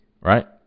Right